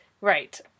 Right